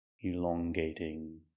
elongating